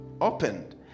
opened